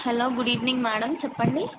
hello good evening madam చెప్పండి